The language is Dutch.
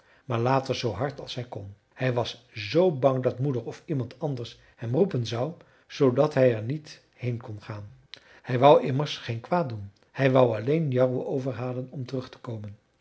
maar later zoo hard als hij kon hij was zoo bang dat moeder of iemand anders hem roepen zou zoodat hij er niet heen kon gaan hij wou immers geen kwaad doen hij wou alleen jarro overhalen om terug te komen